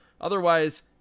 Otherwise